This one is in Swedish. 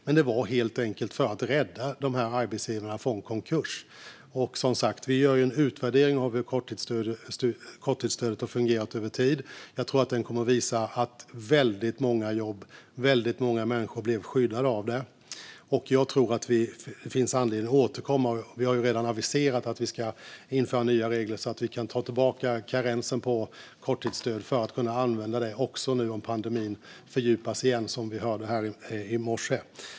Men det var helt enkelt för att rädda de här arbetsgivarna från konkurs. Som sagt, vi gör en utvärdering av hur korttidsstödet har fungerat över tid. Jag tror att den kommer att visa att väldigt många jobb och väldigt många människor blev skyddade av det, och jag tror att det finns anledning att återkomma. Vi har redan aviserat nya regler så att vi kan ta tillbaka karensen på korttidsstöd för att kunna använda även detta om pandemin fördjupas igen, något vi hörde om här i morse.